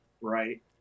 right